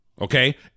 Okay